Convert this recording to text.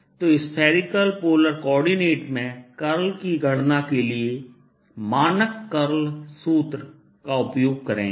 तो spherical polar coordinate में curl की गणना के लिए मानक कर्ल सूत्र का उपयोग करेंगे